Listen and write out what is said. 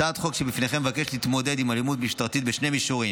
הצעת החוק שבפניכם מבקשת להתמודד עם אלימות משטרתית בשני מישורים,